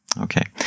Okay